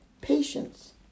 patience